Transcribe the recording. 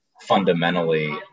fundamentally